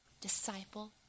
disciple